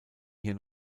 hier